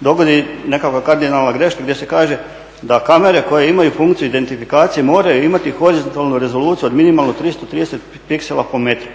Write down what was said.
dogodi nekakva kardinalna greška gdje se kaže da kamere koje imaju funkciju identifikacije moraju imati horizontalnu rezoluciju od minimalno 330 piksela po metru.